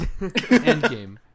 Endgame